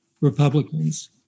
Republicans